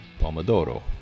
pomodoro